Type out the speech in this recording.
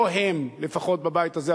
לא הם, לפחות, בבית הזה.